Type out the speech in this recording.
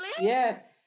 Yes